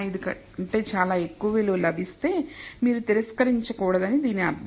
05 కంటే చాలా ఎక్కువ విలువ లభిస్తే మీరు తిరస్కరించకూడదని దీని అర్థం